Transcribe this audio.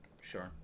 Sure